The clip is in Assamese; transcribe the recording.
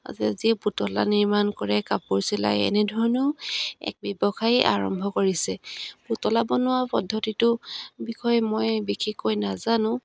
যি পুতলা নিৰ্মাণ কৰে কাপোৰ চিলাই এনেধৰণে এক ব্যৱসায় আৰম্ভ কৰিছে পুতলা বনোৱা পদ্ধতিটোৰ বিষয়ে মই বিশেষকৈ নাজানো